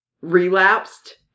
relapsed